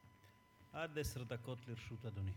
עד עשר דקות לרשות אדוני.